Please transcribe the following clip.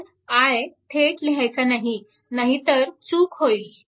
तर i थेट लिहायचा नाही नाहीतर चूक होईल